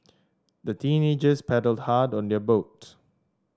the teenagers paddled hard on their boat